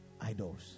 idols